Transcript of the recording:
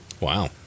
Wow